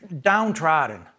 downtrodden